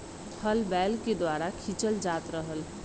हल बैल के द्वारा खिंचल जात रहल